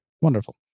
wonderful